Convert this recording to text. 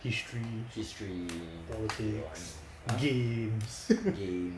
history politics games